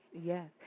yes